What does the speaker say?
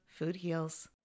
FoodHeals